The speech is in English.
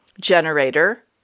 generator